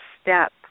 step